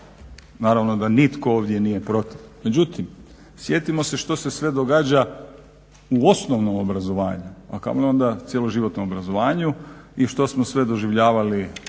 Naravno da nitko ovdje nije protiv. Međutim, sjetimo se što se sve događa u osnovnom obrazovanju, a kamoli onda cjeloživotnom obrazovanju i što smo sve doživljavali lani,